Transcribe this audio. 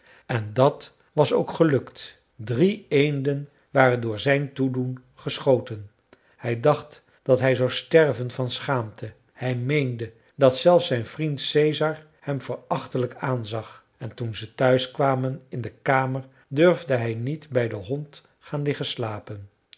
en dat was ook gelukt drie eenden waren door zijn toedoen geschoten hij dacht dat hij zou sterven van schaamte hij meende dat zelfs zijn vriend caesar hem verachtelijk aanzag en toen ze thuis kwamen in de kamer durfde hij niet bij den hond gaan liggen slapen